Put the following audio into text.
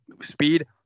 speed